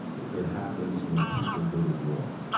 it it happens when people go to war.